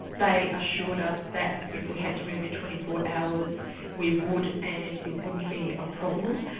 they assured us that if we had to move in twenty four hours we would and it wouldn't be a problem.